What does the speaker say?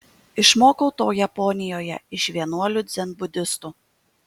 išmokau to japonijoje iš vienuolių dzenbudistų